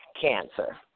cancer